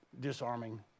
disarming